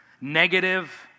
negative